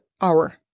hour